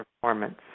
performance